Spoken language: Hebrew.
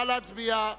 נא להצביע.